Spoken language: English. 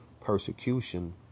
persecution